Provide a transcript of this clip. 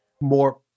more